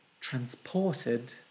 transported